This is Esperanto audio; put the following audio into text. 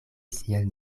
sian